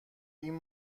این